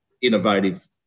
innovative